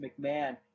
McMahon